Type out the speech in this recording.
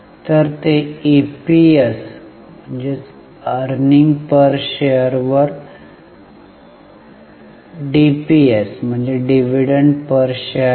तर ते ईपीएस वर डीपीएस आहे